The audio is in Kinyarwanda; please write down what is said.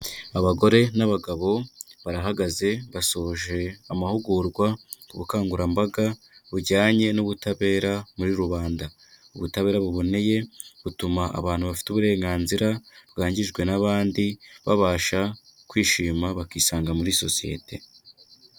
Abagore n'abagabo barahagaze basoje amahugurwa ku bukangurambaga bujyanye n'ubutabera muri rubanda, ubutabera buboneye butuma abantu bafite uburenganzira bwangijwe n'abandi, babasha kwishima bakisanga muri sosiyete.